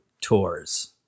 tours